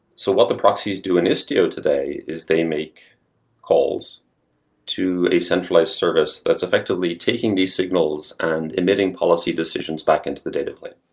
so what the proxies do in istio today is they make calls to a centralized service that's effectively taking these signals and emitting policy decisions back into the data plane.